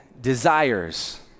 desires